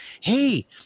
hey